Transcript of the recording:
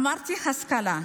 אמרתי "השכלה",